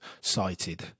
cited